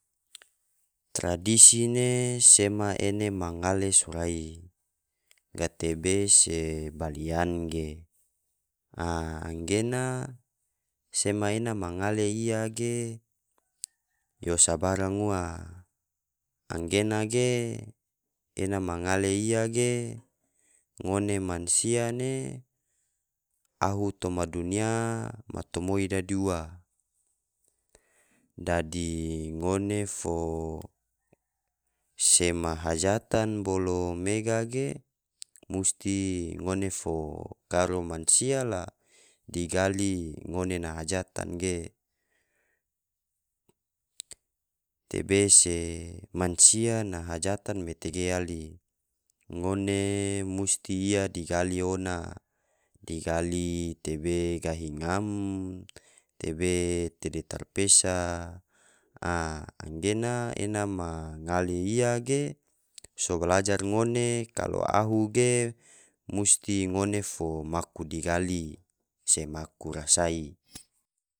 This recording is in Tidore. Tradisi ne sema ene ma ngale sorai, gatebe se balian ge, aa anggena sema ena ma ngale iya ge yo sabarang ua, anggena ge ena ma ngale iya ge ngone mansia ne ahu toma dunia matumoi dadi ua, dadi ngone fo se ma hajatan bolo mega ge musti ngone fo karo mansia la digali ngone na hajatan ge, tebe se mansia na hajatan me tege yali, ngone musti iya digali ona, digali tebe gahi ngamm, tebe tede tarpesa, aa anggena ena ma ngale iya ge so belajar ngone kalo ahu ge musti ngone fo maku digali, sema maku rasai.